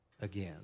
again